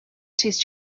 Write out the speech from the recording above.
test